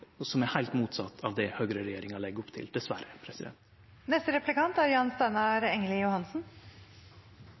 som er heilt motsett av det høgreregjeringa legg opp til, dessverre.